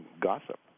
gossip